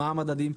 מה המדדים,